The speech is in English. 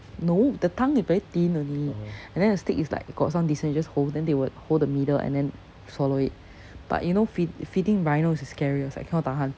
no the tongue is very thin only and then the stick is like got some distance you just hold then they would hold the middle and then swallow it but you know fee~ feeding rhinos is scarier I was like I cannot tahan